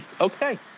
okay